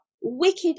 wicked